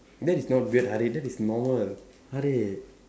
that is not weird Harid that is normal Harid